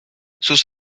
sus